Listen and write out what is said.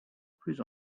plus